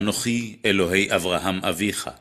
אנוכי אלוהי אברהם אביך